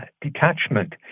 detachment